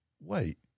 Wait